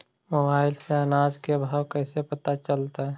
Mobile से अनाज के भाव कैसे पता चलतै?